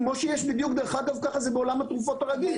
דרך אגב, ככה זה בעולם התרופות הרגיל.